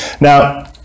Now